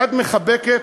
יד מחבקת,